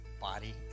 body